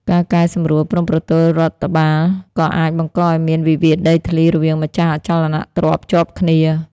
ការកែសម្រួលព្រំប្រទល់រដ្ឋបាល ក៏អាចបង្កឱ្យមានវិវាទដីធ្លីរវាងម្ចាស់អចលនទ្រព្យជាប់គ្នា។